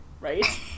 right